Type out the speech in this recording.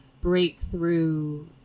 breakthrough